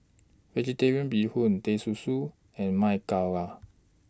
Vegetarian Bee Hoon Teh Susu and Ma Gao Are